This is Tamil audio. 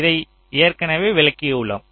இதை ஏற்கனவே விளக்கியுள்ளோம்